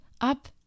up